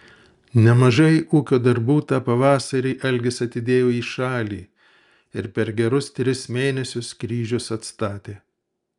nemažai ūkio darbų tą pavasarį algis atidėjo į šalį ir per gerus tris mėnesius kryžius atstatė